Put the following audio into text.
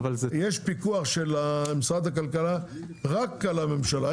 יש פיקוח של משרד הכלכלה רק על הממשלה,